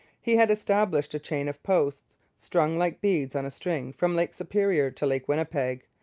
he had established a chain of posts strung like beads on a string from lake superior to lake winnipeg,